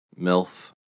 MILF